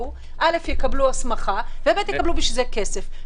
יקבלו הסמכה ואח"כ יקבלו בשביל זה כסף.